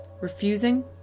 refusing